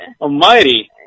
almighty